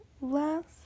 last